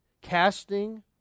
Casting